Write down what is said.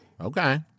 Okay